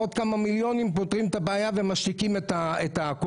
עוד כמה מיליונים פותרים את הבעיה ומשקיטים את הכאב